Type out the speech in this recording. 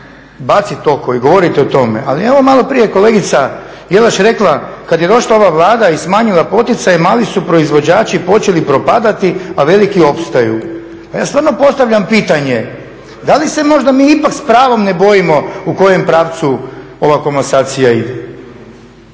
baciti oko i govori o tome. Ali evo maloprije je kolegica Jelaš rekla, kad je došla ova Vlada i smanjila poticaje mali su proizvođači počeli propadati, a veliki opstaju. Pa ja stvarno postavljam pitanje da li se možda mi ipak s pravom ne bojimo u kojem pravcu ova komasacija ide?